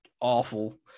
awful